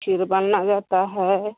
खीर बना जाता है